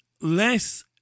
less